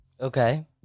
Okay